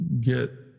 get